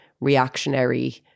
reactionary